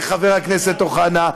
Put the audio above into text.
למה אתם לא עושים את זה, חבר הכנסת אוחנה?